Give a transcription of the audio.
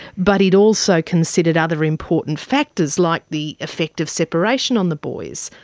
but he'd also considered other important factors like the effect of separation on the boys,